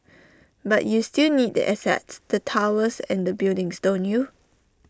but you still need the assets the towers and the buildings don't you